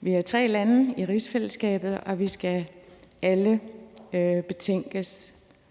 Vi har tre lande i rigsfællesskabet, og vi skal alle betænkes